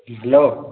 hello